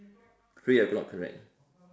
three o-clock correct